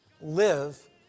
Live